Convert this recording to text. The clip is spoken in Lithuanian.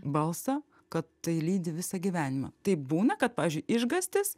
balsą kad tai lydi visą gyvenimą taip būna kad pavyzdžiui išgąstis